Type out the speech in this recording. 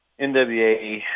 NWA